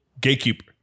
gatekeeper